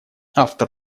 автор